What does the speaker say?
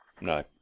no